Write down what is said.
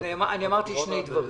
אני אמרתי שני דברים.